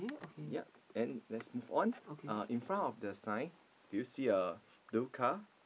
yup then let's move on uh in front of the sign do you see a blue car